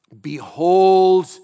behold